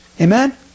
Amen